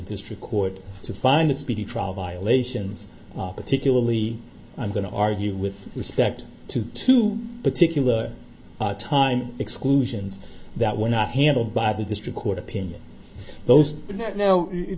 district court to find a speedy trial violations particularly i'm going to argue with respect to two particular time exclusions that were not handled by the district court opinion those